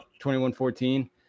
21-14